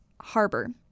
harbor